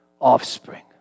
offspring